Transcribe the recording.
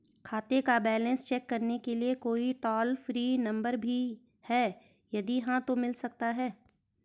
खाते का balance check करने के लिए कोई टॉल फ्री नम्बर भी है यदि हाँ तो मिल सकता है?